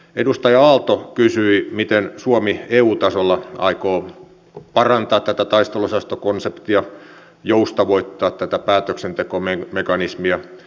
edustaja aalto kysyi miten suomi eu tasolla aikoo parantaa tätä taisteluosastokonseptia ja joustavoittaa tätä päätöksentekomekanismia